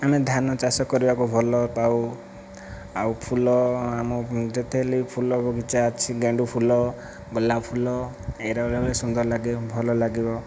ଆମେ ଧାନ ଚାଷ କରିବାକୁ ଭଲ ପାଉ ଆଉ ଫୁଲ ଆମ ଯେତେହେଲେ ବି ଫୁଲ ବଗିଚା ଅଛି ଗେଣ୍ଡୁ ଫୁଲ ଗୋଲାପ ଫୁଲ ଏଇ ଗୁରା ସୁନ୍ଦର ଲାଗେ ଭଲ ଲାଗିବ